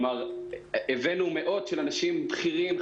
הבאנו מאות שלאנשים בכירים,